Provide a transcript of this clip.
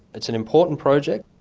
it's an important project.